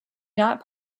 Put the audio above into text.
not